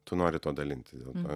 tu nori tuo dalintis dėl to